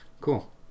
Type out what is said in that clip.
Cool